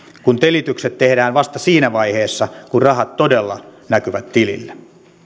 kun tilitykset tehdään vasta siinä vaiheessa kun rahat todella näkyvät tilillä